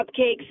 cupcakes